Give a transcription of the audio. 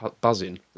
buzzing